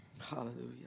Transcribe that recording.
Hallelujah